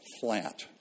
flat